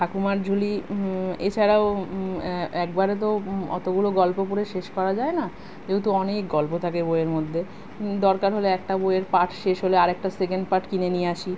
ঠাকুরমার ঝুলি এছাড়াও একবারে তো অতগুলো গল্প পড়ে শেষ করা যায় না যেহেতু অনেক গল্প থাকে বইয়ের মধ্যে দরকার হলে একটা বইয়ের পার্ট শেষ হলে আর একটা সেকেন্ড পার্ট কিনে নিয়ে আসি